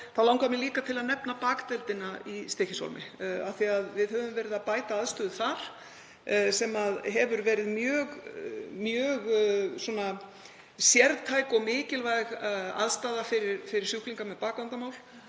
langar mig líka að nefna bakdeildina í Stykkishólmi. Við höfum verið að bæta aðstöðu þar sem hefur verið mjög sértæk og mikilvæg aðstaða fyrir sjúklinga með bakvandamál.